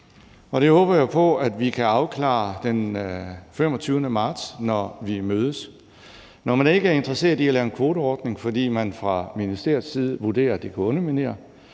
Det håber jeg på at vi kan afklare den 25. marts, når vi mødes. Når man ikke er interesseret i at lave en kvoteordning, fordi man fra ministeriets side vurderer, at det kan underminere